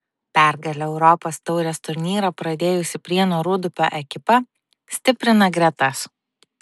pergale europos taurės turnyrą pradėjusi prienų rūdupio ekipa stiprina gretas